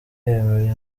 yemera